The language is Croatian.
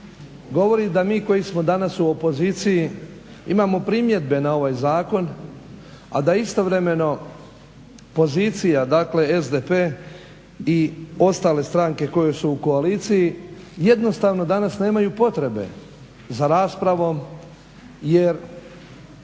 Govori da mi koji smo danas u opoziciji imamo primjedbe na ovaj zakon, a da istovremeno pozicija, dakle SDP i ostale stranke koje su u koaliciji, jednostavno danas nemaju potrebe za raspravom jer